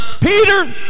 Peter